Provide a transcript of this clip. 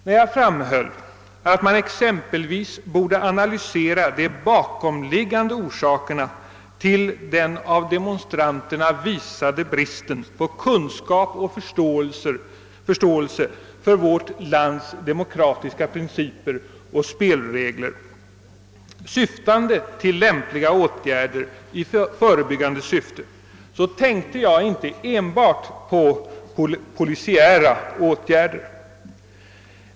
När jag framhöll att man exempelvis borde analysera de bakomliggande orsakerna till den av demonstranterna visade bristen på kunskap och förståelse för vårt lands demokratiska principer och spelregler, syftande till lämpliga, förebyggande åtgärder, så tänkte jag inte enbart på polisiära åtgärder.